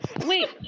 Wait